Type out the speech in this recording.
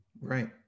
Right